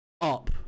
Up